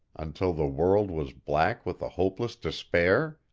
until the world was black with a hopeless despair?